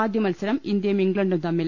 ആദ്യമത്സരം ഇന്ത്യയും ഇംഗ്ലണ്ടും തമ്മിൽ